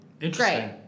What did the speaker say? Interesting